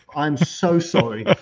i'm so sorry.